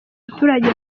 abaturage